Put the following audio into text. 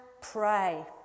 pray